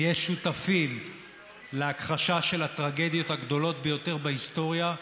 נהיה שותפים להכחשה של הטרגדיות הגדולות ביותר בהיסטוריה,